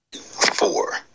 Four